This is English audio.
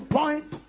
point